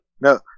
No